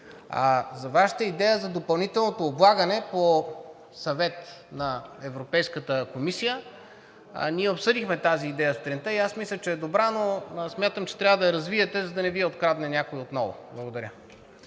А Вашата идея за допълнителното облагане по съвет на Европейската комисия ние сутринта я обсъдихме и аз мисля, че е добра, но смятам, че трябва да я развиете, за да не Ви я открадне някой отново. (Смях